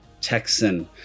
Texan